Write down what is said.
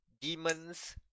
demons